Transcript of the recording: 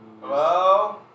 Hello